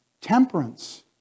temperance